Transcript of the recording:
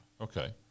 Okay